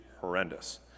horrendous